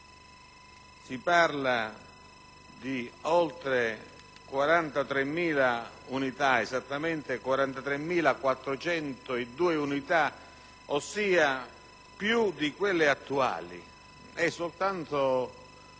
si parla di oltre 43.000 unità, esattamente 43.402, ossia più di quelle attuali. È soltanto